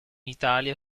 italia